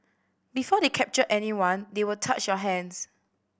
before they captured anyone they would touch your hands